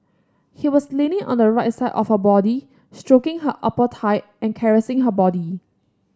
he was leaning on the right side of her body stroking her upper thigh and caressing her body